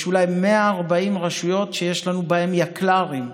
יש אולי 140 רשויות שיש לנו בהן יקל"רים.